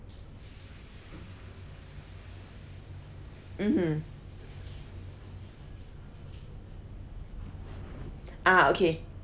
mmhmm ah okay